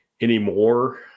anymore